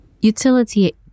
Utility